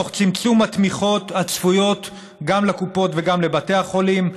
תוך צמצום התמיכות הצפויות גם לקופות וגם לבתי החולים,